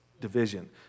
division